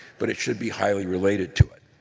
but it should be highly related to it.